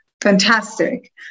fantastic